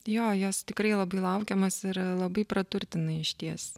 jo jos tikrai labai laukiamos yra labai praturtina išties